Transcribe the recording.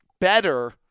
better